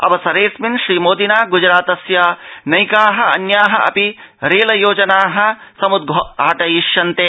अवसरेऽस्मिन् श्रीमोदिना गुजरातस्य नैकाः अन्याः अपि रेल परियोजनाः समुद्घाटविष्यन्ते